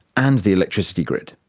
and the electricity grid.